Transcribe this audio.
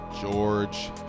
george